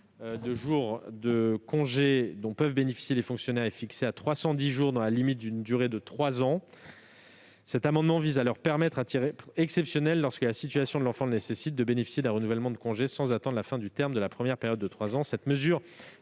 de jours de congé dont peuvent bénéficier les fonctionnaires est fixé à 310 jours, dans la limite d'une durée de trois ans. Nous souhaitons permettre aux parents, à titre exceptionnel, lorsque la situation de l'enfant le nécessite, de bénéficier d'un renouvellement de congé sans attendre la fin du terme de la première période de trois